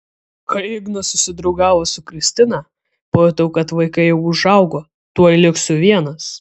kai ignas susidraugavo su kristina pajutau kad vaikai jau užaugo tuoj liksiu vienas